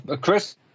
chris